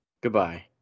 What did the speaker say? goodbye